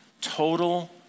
Total